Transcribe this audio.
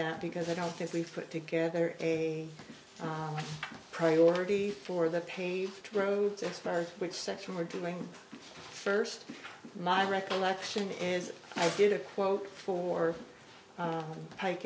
that because i don't think we've put together a priority for the paved roads as far as which section we're doing first my recollection is i did a quote for